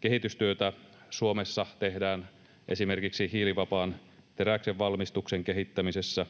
Kehitystyötä Suomessa tehdään esimerkiksi hiilivapaan teräksen valmistuksen kehittämisessä,